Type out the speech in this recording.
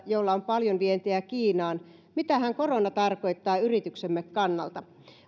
jolla on paljon vientiä kiinaan mitähän korona tarkoittaa yrityksemme kannalta